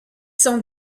sont